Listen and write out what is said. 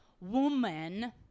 woman